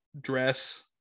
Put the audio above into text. dress